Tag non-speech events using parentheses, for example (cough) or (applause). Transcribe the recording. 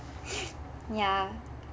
(noise) ya